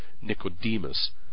Nicodemus